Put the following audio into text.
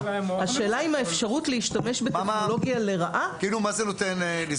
השאלה אם האפשרות להשתמש בטכנולוגיה לרעה --- מה זה נותן לסגור?